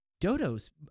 dodo's